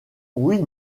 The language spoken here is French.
will